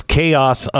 Chaos